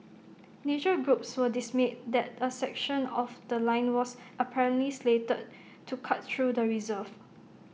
nature groups were dismayed that A section of The Line was apparently slated to cut through the reserve